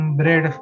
bread